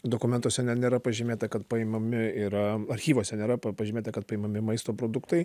dokumentuose ne nėra pažymėta kad paimami yra archyvuose nėra pažymėta kad paimami maisto produktai